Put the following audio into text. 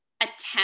attempt